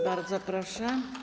Bardzo proszę.